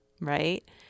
Right